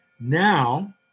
Now